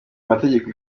amategeko